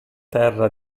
terra